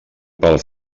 pel